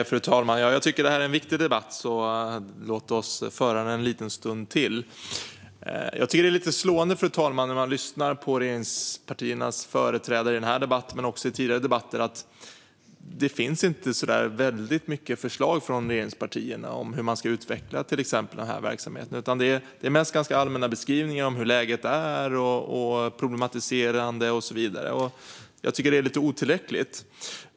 Fru talman! Jag tycker att det här är en viktig debatt, så låt oss föra den en liten stund till. Det är lite slående, fru talman, när man lyssnar på regeringspartiernas företrädare i den här debatten men också i tidigare debatter att det inte finns så där väldigt många förslag från regeringspartierna om hur man ska utveckla till exempel den här verksamheten. Det är mest ganska allmänna beskrivningar av läget, problematiserande och så vidare. Jag tycker att det är lite otillräckligt.